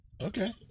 Okay